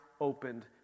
opened